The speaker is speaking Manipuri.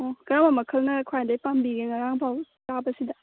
ꯑꯣ ꯀꯔꯝꯕ ꯃꯈꯜꯅ ꯈ꯭ꯋꯥꯏꯗꯒꯤ ꯄꯥꯝꯕꯤꯒꯦ ꯉꯔꯥꯡ ꯐꯥꯎ ꯆꯥꯕꯁꯤꯗ